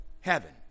heaven